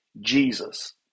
Jesus